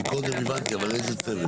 כן, אני קודם הבנתי, אבל איזה צוות?